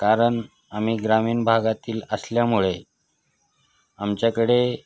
कारण आम्ही ग्रामीण भागातील असल्यामुळे आमच्याकडे